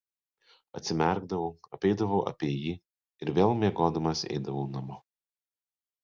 atsimerkdavau apeidavau apie jį ir vėl miegodamas eidavau namo